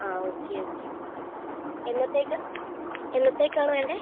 ആ okay okay എന്നത്തേയ്ക്ക് എന്നത്തേയ്ക്ക് ആണ് വേണ്ടത്